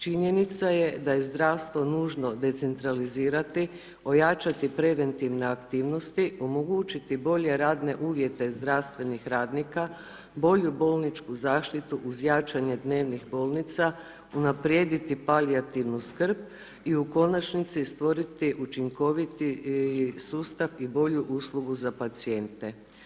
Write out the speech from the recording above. Činjenica je da je zdravstvo nužno decentralizirati, ojačati preventivne aktivnosti, omogućiti bolje radne uvjete zdravstvenih radnika, bolju bolničku zaštitu uz jačanje dnevnih bolnica, unaprijediti palijativnu skrb i u konačnici stvoriti učinkoviti sustav i bolju uslugu za pacijente.